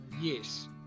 Yes